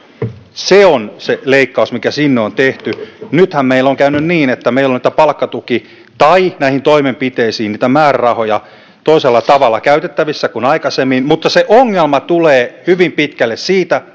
se on se leikkaus mikä sinne on tehty nythän meillä on käynyt niin että meillä on palkkatuki tai näihin toimenpiteisiin niitä määrärahoja toisella tavalla käytettävissä kuin aikaisemmin mutta se ongelma tulee hyvin pitkälle siitä